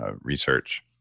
research